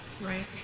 Right